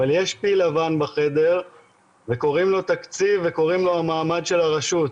אבל יש פיל לבן בחדר וקוראים לו תקציב וקוראים לו המעמד של הרשות.